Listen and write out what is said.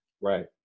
Right